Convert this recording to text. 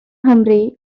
nghymru